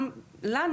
גם לנו,